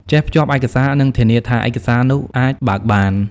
ចេះភ្ជាប់ឯកសារ និងធានាថាឯកសារនោះអាចបើកបាន។